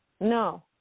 No